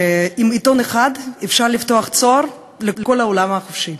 שעם עיתון אחד אפשר לפתוח צוהר לכל העולם החופשי.